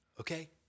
Okay